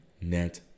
net